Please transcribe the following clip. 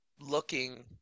looking